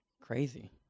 crazy